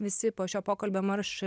visi po šio pokalbio marš